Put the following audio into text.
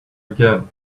again